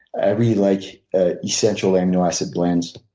i really like ah essential amino acid blends.